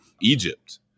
Egypt